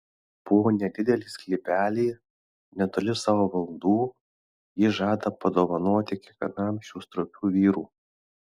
po nedidelį sklypelį netoli savo valdų ji žada padovanoti kiekvienam šių stropių vyrų